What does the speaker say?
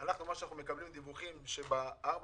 אנחנו דיברנו על זה ואנחנו נמשיך לדרוש את זה בכל תוקף.